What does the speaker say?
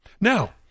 Now